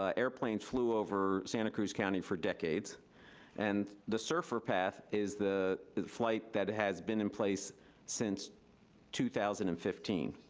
ah airplane flew over santa cruz county for decades and the serfr path is the flight that has been in place since two thousand and fifteen.